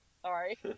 sorry